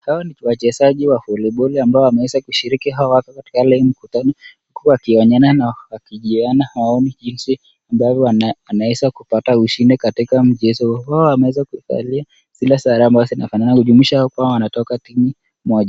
Hawa ni wachezaji wa voliboli ambao wameshiriki, hao wako katika ile mkutano, huku wakionyeshana na wakijadili jinsi ambavyo wanaweza kupata ushindi katika mchezo ule. Wao wameweza kuvalia zile sare ambazo zinafanana, kujulisha kuwa wanatoka timu moja.